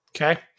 Okay